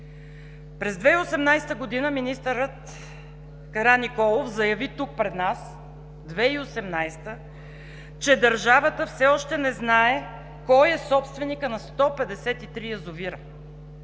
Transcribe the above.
През 2018 г. министър Караниколов заяви тук пред нас, че държавата все още не знае кой е собственикът на 153 язовира.